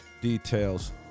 details